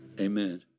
Amen